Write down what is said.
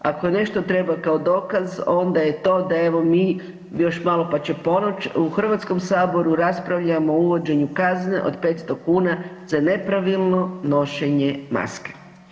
Ako nešto treba kao dokaz onda je to da evo mi još malo pa će ponoć u Hrvatskom saboru raspravljamo o uvođenju kazne od 500 kuna za nepravilno nošenje maske.